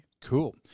Cool